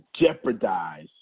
jeopardize